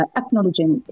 acknowledging